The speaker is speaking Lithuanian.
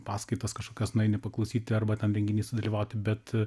paskaitas kažkokias nueini paklausyti arba ten renginy sudalyvauti bet